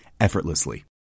effortlessly